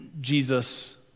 Jesus